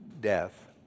death